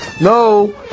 no